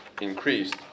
increased